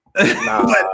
Nah